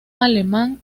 alemán